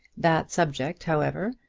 that subject, however,